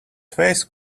face